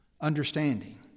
understanding